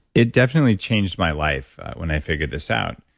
it definitely changed my life when i figured this out.